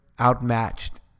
outmatched